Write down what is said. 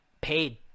paid